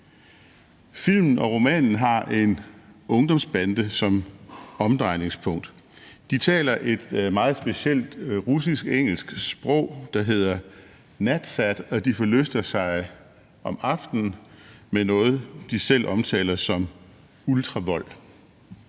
Filmen og romanen har en ungdomsbande som omdrejningspunkt. De taler et meget specielt russisk-engelsk sprog, der hedder nadsat, og de forlyster sig om aftenen med noget, de selv omtaler som ultravold.